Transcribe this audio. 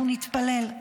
אנחנו נתפלל.